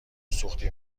سوختی